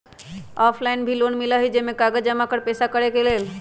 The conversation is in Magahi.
ऑफलाइन भी लोन मिलहई बैंक में कागज जमाकर पेशा करेके लेल?